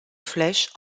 flèches